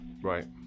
right